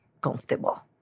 comfortable